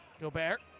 Gobert